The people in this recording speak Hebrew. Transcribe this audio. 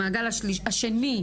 המעגל השני,